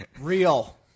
Real